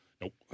Nope